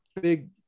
big